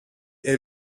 est